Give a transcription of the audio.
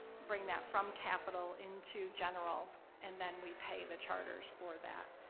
bring that from capital into general and then we pay the charters for that.